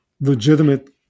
legitimate